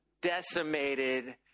decimated